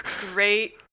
great